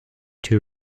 two